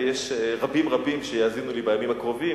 ויש רבים רבים שיאזינו לי בימים הקרובים,